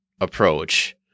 approach